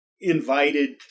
invited